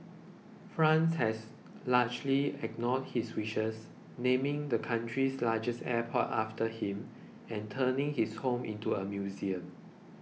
France has largely ignored his wishes naming the country's largest airport after him and turning his home into a museum